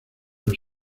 los